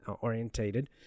orientated